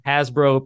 Hasbro